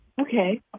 Okay